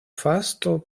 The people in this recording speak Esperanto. fasto